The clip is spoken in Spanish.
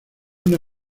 una